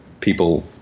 people